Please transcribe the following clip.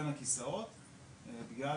לפחות, לא ייפול עוד מישהו בין הכיסאות בגלל